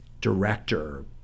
director